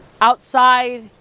outside